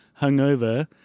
hungover